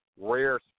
rare